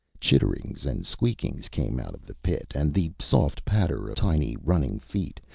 chitterings and squeakings came out of the pit and the soft patter of tiny running feet,